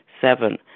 Seven